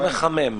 לא מחמם.